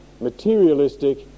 materialistic